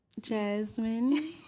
jasmine